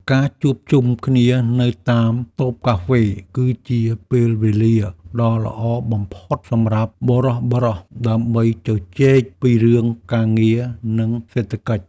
ការជួបជុំគ្នានៅតាមតូបកាហ្វេ គឺជាពេលវេលាដ៏ល្អបំផុតសម្រាប់បុរសៗដើម្បីជជែកពីរឿងការងារនិងសេដ្ឋកិច្ច។